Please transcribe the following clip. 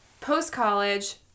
post-college